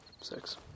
Six